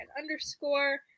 underscore